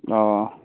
অঁ